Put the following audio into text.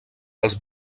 els